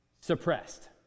suppressed